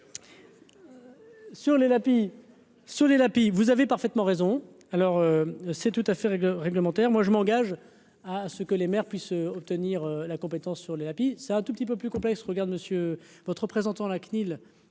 Sur les Lapie là, puis vous avez parfaitement raison, alors c'est tout à fait réglementaire, moi je m'engage à ce que les maires puissent obtenir la compétence sur les tapis, c'est un tout petit peu plus complexe regarde monsieur votre représentant la CNIL